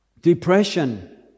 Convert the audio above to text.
depression